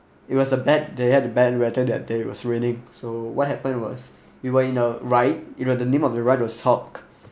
it was a bad they had the bad weather that day was raining so what happened was we were in a ride you know the name of the ride was hulk